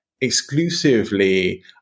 exclusively